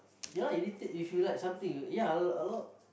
ya lah if you like something y~ ya a lot